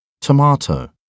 Tomato